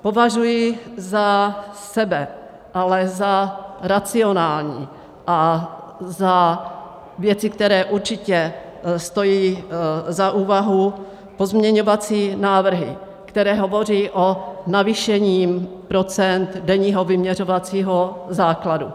Považuji za sebe za racionální věci, které určitě stojí za úvahu, pozměňovací návrhy, které hovoří o navýšení procent denního vyměřovacího základu.